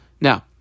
Now